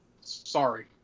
Sorry